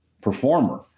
performer